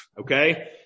okay